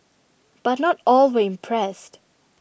but not all were impressed